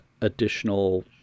additional